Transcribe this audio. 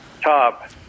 top